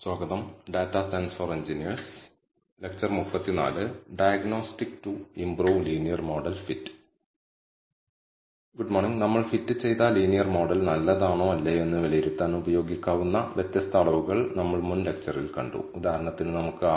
model assessment regression ടെക്നിക്കുകൾ ഉപയോഗിച്ച് independent വേരിയബിളായ x ഡിപെൻഡന്റ് വേരിയബിളായ y എന്നീ രണ്ട് വേരിയബിളുകൾക്കിടയിൽ ഒരു ലീനിയർ മോഡൽ എങ്ങനെ ഫിറ്റ് ചെയ്യാമെന്ന് മുൻ ലെക്ച്ചറിൽ നമ്മൾ കണ്ടു